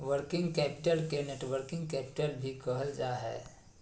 working capital के net working capital भी कहल जा हय